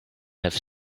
have